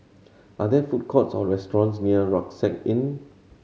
are there food courts or restaurants near Rucksack Inn